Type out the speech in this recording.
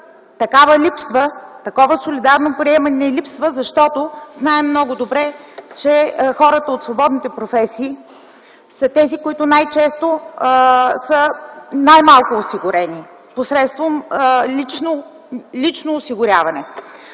В случая такова солидарно поемане липсва, защото знаем много добре, че хората от свободните професии са тези, които са най-малко осигурени посредством лично осигуряване.